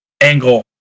angle